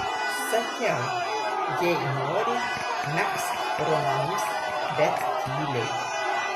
sakiau jei nori megzk romanus bet tyliai